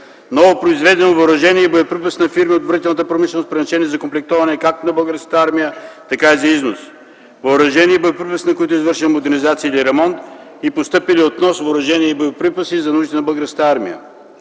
новопроизведено въоръжение и боеприпаси на фирми от отбранителната промишленост, предназначени за комплектоване както на Българската армия, така и за износ; - въоръжение и боеприпаси, на които е извършена модернизация или ремонт; и - постъпили от внос въоръжения и боеприпаси за нуждите на Българската армия.